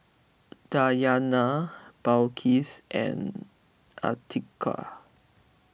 Dayana Balqis and Atiqah